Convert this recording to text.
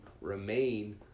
remain